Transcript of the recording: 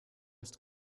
ist